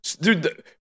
Dude